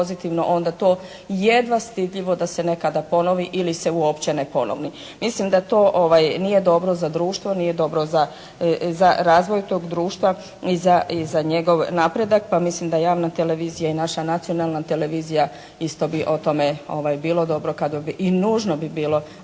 onda to jedva stidljivo da se nekada ponovi ili se uopće ne ponovi. Mislim da to nije dobro za društvo, nije dobro za razvoj tog društva i za njegov napredak. Pa mislim da javna televizija i naša nacionalna televizija isto bi o tome bilo dobro, i nužno bi bilo